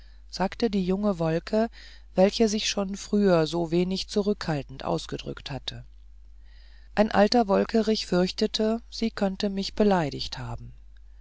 sagte die junge wolke welche sich schon früher so wenig zurückhaltend ausgedrückt hatte ein alter wolkerich fürchtete sie könnte mich beleidigt haben